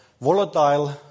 Volatile